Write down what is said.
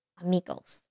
amigos